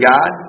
God